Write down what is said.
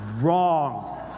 wrong